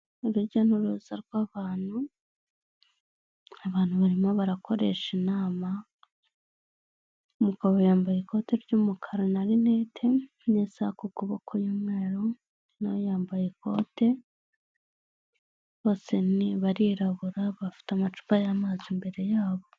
Urujya n'uruza rw'abantu, abantu barimo barakoresha inama umugabo yambaye ikote ry'umukara na rinete n'isaha ku kuboko y'umweru, nawe yambaye ikote bose barirabura bafite amacupa y'amazi imbere yabo.